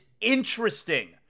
interesting